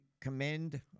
commend